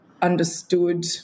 Understood